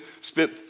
spent